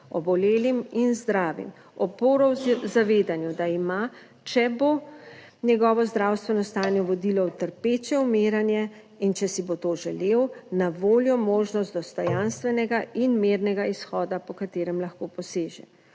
obolelim in zdravim, oporo o zavedanju, da ima, če bo njegovo zdravstveno stanje vodilo v trpeče umiranje in če si bo to želel, na voljo možnost dostojanstvenega in mirnega izhoda po katerem lahko poseže.